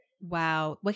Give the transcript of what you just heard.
Wow